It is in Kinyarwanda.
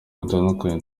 butandukanye